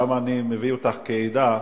למה אני מביא אותך כעדה?